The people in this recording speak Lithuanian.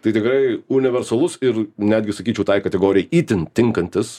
tai tikrai universalus ir netgi sakyčiau tai kategorijai itin tinkantis